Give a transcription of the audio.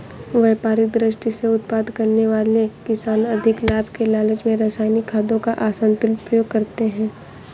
व्यापारिक दृष्टि से उत्पादन करने वाले किसान अधिक लाभ के लालच में रसायनिक खादों का असन्तुलित प्रयोग करते हैं